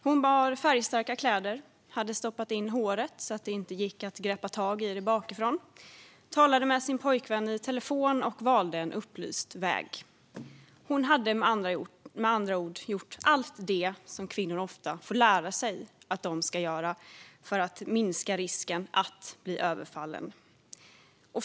Hon bar färgstarka kläder, hade stoppat in håret så att det inte gick att greppa tag i det bakifrån, talade med sin pojkvän i telefon och valde en upplyst väg. Hon hade med andra ord gjort allt det som kvinnor ofta får lära sig att de ska göra för att minska risken att bli överfallna.